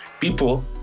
people